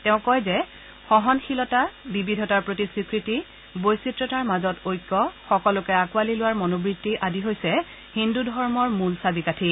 তেওঁ কয় যে সহনশীলতা বিবিধতাৰ প্ৰতি শ্বীকৃতি বৈচিত্ৰতাৰ মাজত ঐক্য সকলোকে আকোৱালি লোৱাৰ মনোবৃত্তি আদি হৈছে হিন্দুধৰ্মৰ মূল চাবি কাঠি